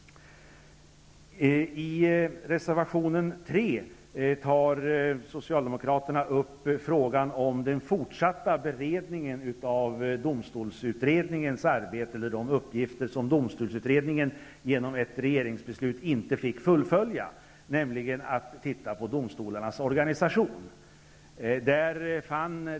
I reservation 3 tar Socialdemokraterna upp frågan om den fortsatta beredningen av domstolsutredningens arbete, närmare bestämt de uppgifter som domstolsutredningen genom ett regeringsbeslut inte fick fullfölja, nämligen att se över domstolarnas organisation.